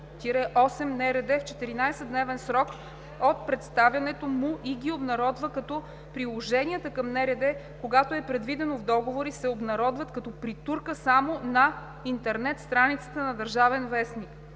8 НРД в 14-дневен срок от представянето му и ги обнародва, като приложенията към НРД, когато е предвидено в договора, се обнародват като притурка само на интернет страницата на „Държавен вестник“.